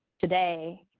today